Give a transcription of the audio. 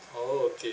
oh okay